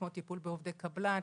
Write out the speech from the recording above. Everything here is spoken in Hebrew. כמו: טיפול בעובדי קבלן,